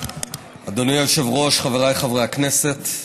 אדוני היושב-ראש, חבריי חברי הכנסת,